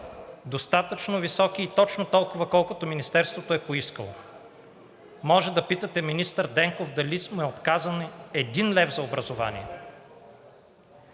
достатъчно високи и точно толкова, колкото Министерството е поискало. Може да питате министър Денков дали сме отказали един лев за образование.